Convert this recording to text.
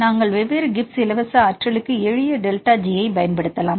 நாங்கள் வெவ்வேறு கிப்ஸ் இலவச ஆற்றலுக்கு எளிய டெல்டா G ஐப் பயன்படுத்தலாம்